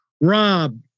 Rob